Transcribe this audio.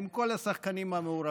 עם כל השחקנים המעורבים,